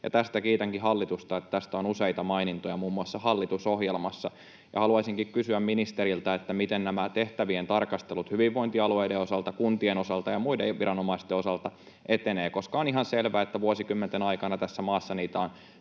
tästä kiitänkin hallitusta, että tästä on useita mainintoja muun muassa hallitusohjelmassa. Haluaisinkin kysyä ministeriltä, miten nämä tehtävien tarkastelut hyvinvointialueiden osalta, kuntien osalta ja muiden viranomaisten osalta etenevät, koska on ihan selvää, että vuosikymmenten aikana tässä maassa niitä on